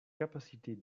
capacités